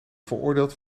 veroordeeld